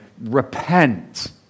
repent